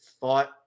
thought